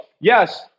yes